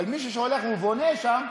אבל מי שהולך ובונה שם,